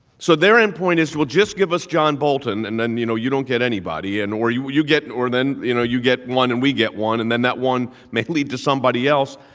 so their endpoint is, well, just give us john bolton, and then, you know, you don't get anybody. and or you you get or then, you know, you get one and we get one, and then that one may lead to somebody somebody else.